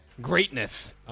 Greatness